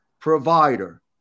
Provider